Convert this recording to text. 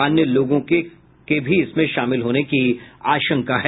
अन्य लोगों के भी इसमें शामिल होने की आशंका है